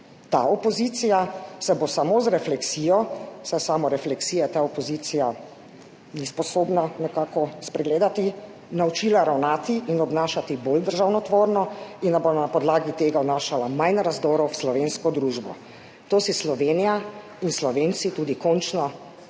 Ta opozicija se bo samo z refleksijo, saj samorefleksije ta opozicija nekako ni sposobna spregledati, naučila ravnati in obnašati bolj državotvorno in da bo na podlagi tega vnašala manj razdorov v slovensko družbo. To si Slovenija in Slovenci končno